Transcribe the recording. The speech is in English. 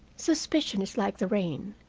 suspicion is like the rain.